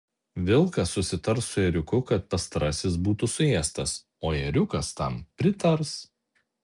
vilkas susitars su ėriuku kad pastarasis būtų suėstas o ėriukas tam pritars